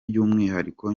by’umwihariko